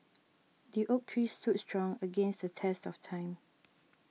the oak tree stood strong against the test of time